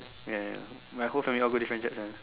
ya my whole family all go different Church one